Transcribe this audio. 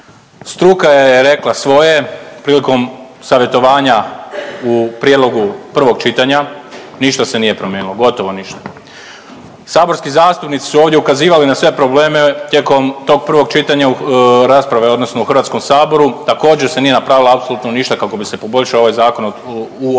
Struka je rekla svoje prilikom savjetovanja u prijedlogu prvog čitanja, ništa se nije promijenilo, gotovo ništa. Saborski zastupnici su ovdje ukazivali na sve probleme tijekom tok prvog čitanja, rasprave odnosno u Hrvatskom saboru. Također se nije napravilo apsolutno ništa kako bi se poboljšao ovaj zakon u ovom